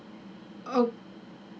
ok